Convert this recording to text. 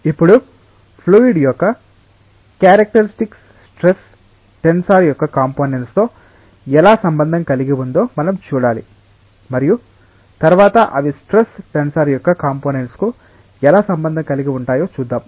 ఇప్పుడు ఫ్లూయిడ్ యొక్క characteristics stress tensor యొక్క కంపోనెంట్స్ తో ఎలా సంబంధం కలిగి ఉందో మనం చూడాలి మరియు తరువాత అవి స్ట్రెస్ టెన్సర్ యొక్క కంపోనెంట్స్ కు ఎలా సంబంధం కలిగి ఉంటాయో చూద్దాం